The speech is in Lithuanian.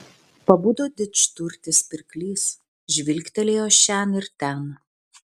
pabudo didžturtis pirklys žvilgtelėjo šen ir ten